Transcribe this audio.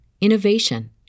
innovation